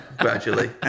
gradually